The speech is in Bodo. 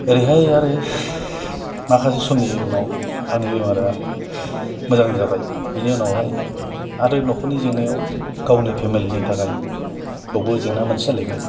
ओरैहाय आरो माखासे समनि उनाव आंनि बेमारा मोजां जाबाय बेनि उनावहाय आरो न'खरनि जेंनायाव गावनि फेमिलिनि थाखाय बेयावबो जेंना मोनसे जालायबाय